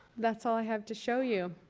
that's all i have to show you.